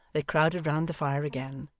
they crowded round the fire again,